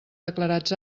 declarats